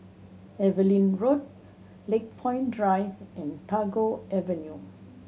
Evelyn Road Lakepoint Drive and Tagore Avenue